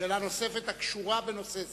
שאלה נוספת הקשורה בנושא זה.